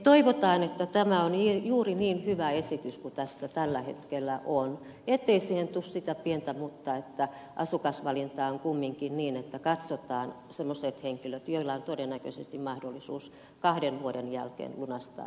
toivotaan että tämä on juuri niin hyvä esitys kuin tässä tällä hetkellä on ettei siihen tule sitä pientä muttaa että asukasvalinta on kumminkin niin että katsotaan semmoiset henkilöt joilla on todennäköisesti mahdollisuus kahden vuoden jälkeen vasta